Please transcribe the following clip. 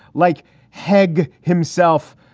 like haeg himself,